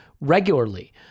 regularly